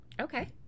Okay